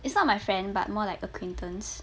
it's not my friend but more like acquaintance